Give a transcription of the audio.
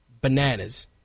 bananas